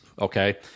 okay